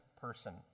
person